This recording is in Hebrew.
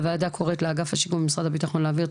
הוועדה קוראת לאגף השיקום במשרד הביטחון להעביר את